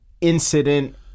incident